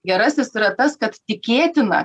gerasis yra tas kad tikėtina